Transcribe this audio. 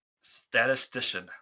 statistician